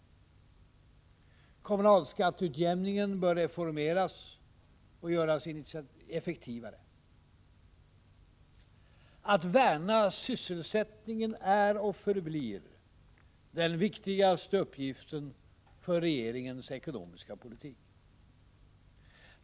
Kommunalskatteutjämningen bör reformeras och göras effektivare. Att värna sysselsättningen är och förblir den viktigaste uppgiften för regeringens ekonomiska politik.